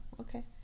okay